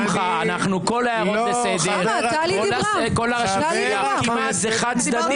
כל ההערות בסדר, אבל זה חד-צדדי